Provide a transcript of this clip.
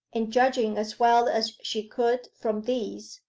and, judging as well as she could from these,